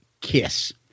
kiss